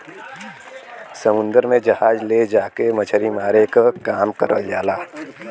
समुन्दर में जहाज ले जाके मछरी मारे क काम करल जाला